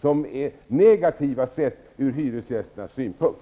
som är negativa ur hyresgästernas synpunkt.